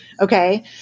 Okay